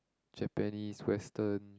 Japanese Western